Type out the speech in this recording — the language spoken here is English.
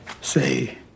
Say